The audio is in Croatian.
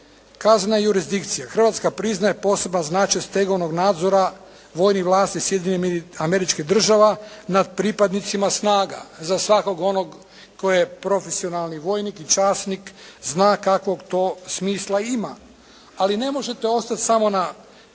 kaznena jurisdikcija. Hrvatska priznaje poseban značaj stegovnog zakona vojnih vlasti Sjedinjenih Američkih Država nad pripadnicima snaga. Za svakog onog tko je profesionalni vojnik i časnik zna kakvog to smisla ima, ali ne možete ostati samo na